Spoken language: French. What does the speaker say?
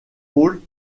rôles